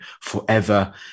forever